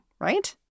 right